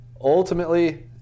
ultimately